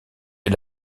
est